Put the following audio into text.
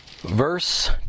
verse